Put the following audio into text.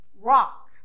rock